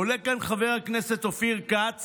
עולה לכאן חבר הכנסת אופיר כץ